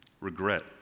Regret